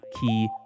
key